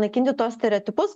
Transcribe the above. naikinti tuos stereotipus